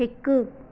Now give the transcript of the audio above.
हिकु